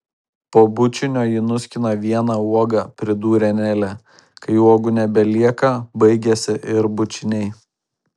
po bučinio ji nuskina vieną uogą pridūrė nelė kai uogų nebelieka baigiasi ir bučiniai